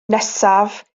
nesaf